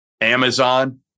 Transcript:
Amazon